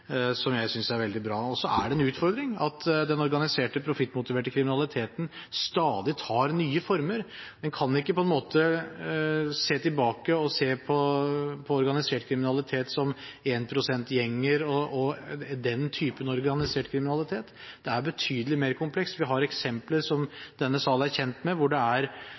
som jeg synes er veldig bra. Det er en utfordring at den organiserte profittmotiverte kriminaliteten stadig tar nye former. En kan ikke se tilbake og se på organisert kriminalitet som énprosentgjenger og den typen organisert kriminalitet. Det er betydelig mer komplekst. Vi har eksempler, som denne salen er kjent med, hvor det er